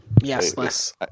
Yes